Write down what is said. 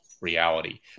reality